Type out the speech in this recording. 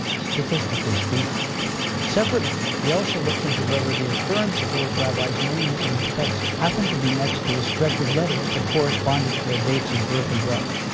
statistically-speaking separately, he also looked into whether the occurrence of those rabbis' names in the text happened to be next to a stretch of letters that corresponded to their dates of birth and death.